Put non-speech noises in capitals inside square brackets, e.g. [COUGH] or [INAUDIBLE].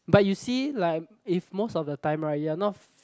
but you see like if most of the time right you're not [NOISE]